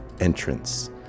entrance